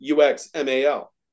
uxmal